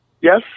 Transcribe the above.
Yes